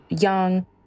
young